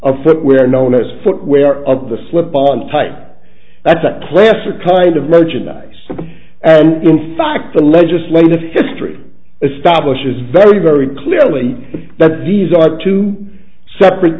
footwear known as footwear of the slip on tight that's a classic kind of merchandise and in fact the legislative history establishes very very clearly that these are two separate